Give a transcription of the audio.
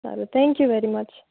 સારું thank you very much